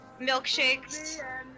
milkshakes